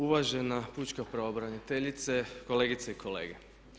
Uvažena pučka pravobraniteljice, kolegice i kolege.